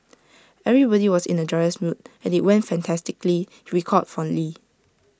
everybody was in A joyous mood and IT went fantastically he recalled fondly